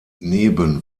neben